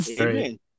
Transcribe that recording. Amen